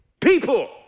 People